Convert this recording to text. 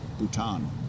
Bhutan